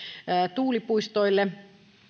tuulipuistoille